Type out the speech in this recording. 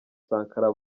sankara